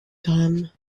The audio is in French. drame